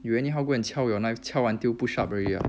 you anyhow go and 敲 your knife 敲 until push up already ah